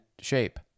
shape